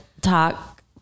talk